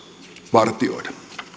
vartioida